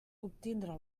obtindre